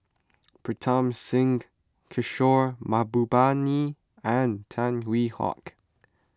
Pritam Singh Kishore Mahbubani and Tan Hwee Hock